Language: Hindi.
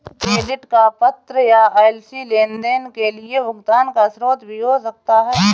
क्रेडिट का पत्र या एल.सी लेनदेन के लिए भुगतान का स्रोत भी हो सकता है